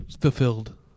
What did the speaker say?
fulfilled